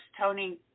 Tony